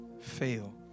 fail